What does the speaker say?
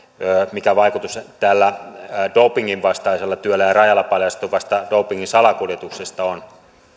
mikä vaikutus tällä dopingin vastaisella työllä ja rajalla paljastuvasta dopingin salakuljetuksesta on